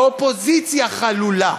האופוזיציה חלולה.